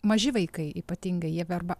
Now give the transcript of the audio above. maži vaikai ypatingai jie verba